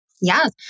Yes